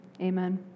amen